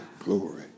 glory